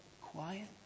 quiet